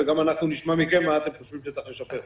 וגם אנחנו נשמע מכם מה אתם חושבים שצריך לשפר.